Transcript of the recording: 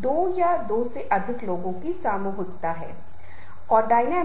दूसरों पर अधिकार होता है उदाहरण के लिए हम कार्य स्थल में एक बॉस एक कार्य समूह में एक टीम लीडर किसी समिति का अध्यक्ष या एक धार्मिक समुदाय का एक बुजुर्ग व्यक्ति होते हैं